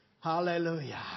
Hallelujah